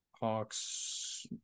Hawks